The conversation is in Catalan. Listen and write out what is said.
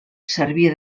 servia